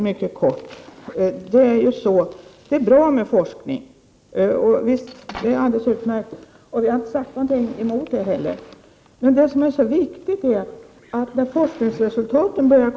Herr talman! Det är alldeles utmärkt med forskning. Vi har inte talat emot sådan.